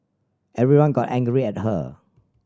everyone got angry at her